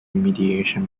remediation